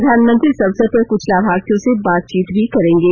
प्रधानमंत्री इस अवसर पर क्छ लाभार्थियों से बातचीत भी करेंगे